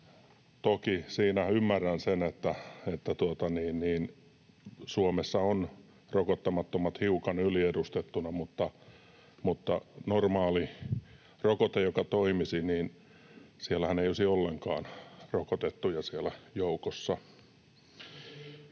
Toki siinä ymmärrän sen, että Suomessa ovat rokottamattomat hiukan yliedustettuina, mutta jos tämä olisi normaali rokote, joka toimisi, niin siellähän ei olisi ollenkaan rokotettuja joukossa.